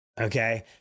Okay